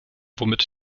womit